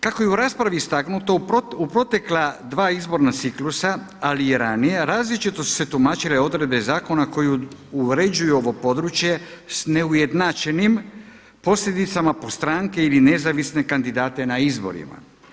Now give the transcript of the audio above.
Kako je u raspravi istaknuto u protekla dva izborna ciklusa, ali i ranije različito su se tumačile odredbe zakona koji uređuju ovo područje s neujednačenim posljedicama po stranke ili nezavisne kandidate na izborima.